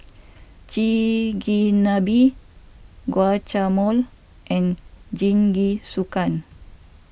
Chigenabe Guacamole and Jingisukan